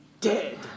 dead